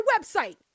website